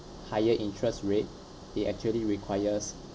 higher interest rate they actually requires